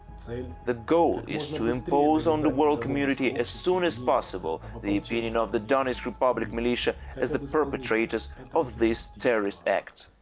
the goal is to impose on the world community as soon as possible the opinion of the donetsk republic militia as the perpetrators of this terrorist act.